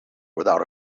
without